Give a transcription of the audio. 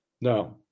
No